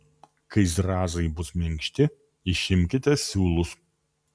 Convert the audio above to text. kai zrazai bus minkšti išimkite siūlus